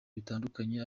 bitandukanye